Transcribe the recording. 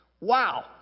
Wow